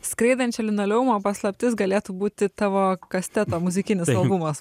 skraidančio linoleumo paslaptis galėtų būti tavo kasteto muzikinis albumas